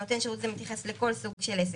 נותן השירות מתייחס לכל סוג של עסק,